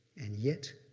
and yet,